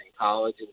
college